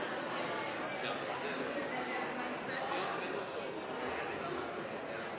Ja,